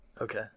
Okay